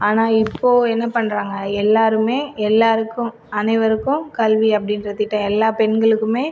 ஆனால் இப்போது என்ன பண்றாங்க எல்லோருமே எல்லோருக்கும் அனைவருக்கும் கல்வி அப்படின்ற திட்டம் எல்லா பெண்களுக்குமே